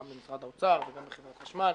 גם עם משרד האוצר ועם חברת החשמל,